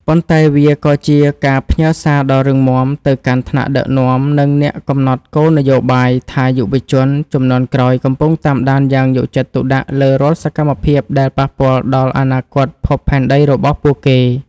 ប៉ុន្តែវាក៏ជាការផ្ញើសារដ៏រឹងមាំទៅកាន់ថ្នាក់ដឹកនាំ និងអ្នកកំណត់គោលនយោបាយថា យុវជនជំនាន់ក្រោយកំពុងតាមដានយ៉ាងយកចិត្តទុកដាក់លើរាល់សកម្មភាពដែលប៉ះពាល់ដល់អនាគតភពផែនដីរបស់ពួកគេ។